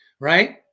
Right